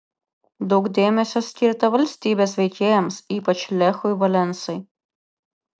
daug dėmesio skirta valstybės veikėjams ypač lechui valensai